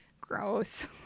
Gross